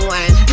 one